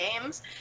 games